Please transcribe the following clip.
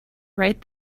right